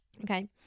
Okay